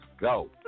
go